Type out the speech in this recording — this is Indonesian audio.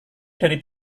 dari